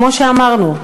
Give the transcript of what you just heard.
כמו שאמרנו: